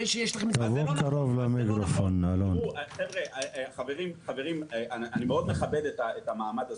אני מאוד מכבד את המעמד הזה,